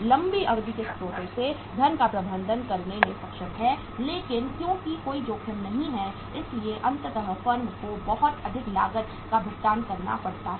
लंबी अवधि के स्रोतों से धन का प्रबंधन करने में सक्षम है लेकिन क्योंकि कोई जोखिम नहीं है इसलिए अंततः फर्म को बहुत अधिक लागत का भुगतान करना पड़ता है